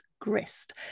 Grist